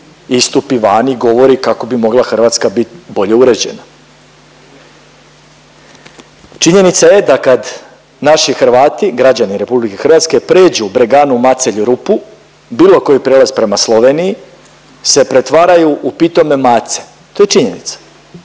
istupi van i govori kako bi mogla Hrvatska bit bolje uređena. Činjenica je da kad naši Hrvati, građani RH pređu Breganu, Macelj, Rupu bilo koji prijelaz prema Sloveniji se pretvaraju u pitome mace, to je činjenica.